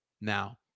Now